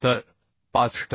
तर 65